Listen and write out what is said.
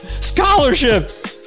Scholarship